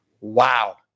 Wow